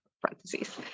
parentheses